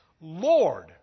Lord